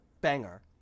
Banger